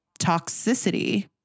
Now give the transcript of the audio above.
toxicity